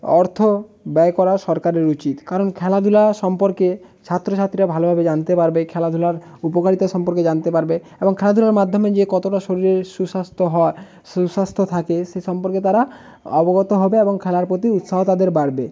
অর্থ ব্যয় করা সরকারের উচিৎ কারণ খেলাধুলা সম্পর্কে ছাত্রছাত্রীরা ভালোভাবে জানতে পারবে খেলাধুলার উপকারিতা সম্পর্কে জানতে পারবে এবং খেলাধুলার মাধ্যমে যে কতটা শরীরে সুস্বাস্থ্য হয় সুস্বাস্থ্য থাকে সে সম্পর্কে তারা অবগত হবে এবং খেলার প্রতি উৎসাহ তাদের বাড়বে